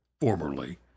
formerly